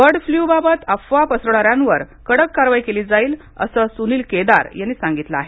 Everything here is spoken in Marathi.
बर्ड फ्लूबाबत अफवा पसरवणाऱ्यांवर कडक कारवाई केली जाईल असं सुनील केदार यांनी सांगितलं आहे